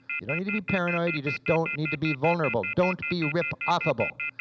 you don't need to be paranoid, you just don't need to be vulnerable. don't be rip-offable.